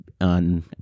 on